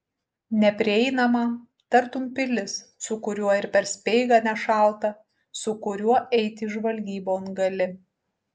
neprieinamą tartum pilis su kuriuo ir per speigą nešalta su kuriuo eiti žvalgybon gali